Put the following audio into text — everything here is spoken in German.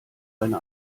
eine